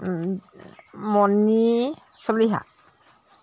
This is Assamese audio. মণি চলিহা